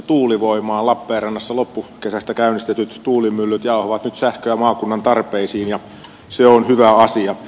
lappeenrannassa loppukesästä käynnistetyt tuulimyllyt jauhavat nyt sähköä maakunnan tarpeisiin ja se on hyvä asia